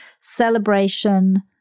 celebration